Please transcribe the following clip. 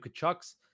Kachuk's